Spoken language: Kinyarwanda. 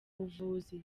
buvuzi